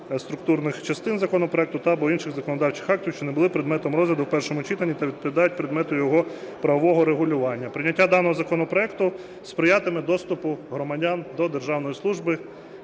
структурних частин законопроекту та/або інших законодавчих актів, що не були предметом розгляду у першому читанні та відповідають предмету його правового регулювання. Прийняття даного законопроекту сприятиме доступу громадян до державної служби.